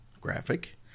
graphic